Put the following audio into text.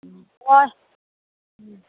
ꯎꯝ ꯍꯣꯏ ꯎꯝ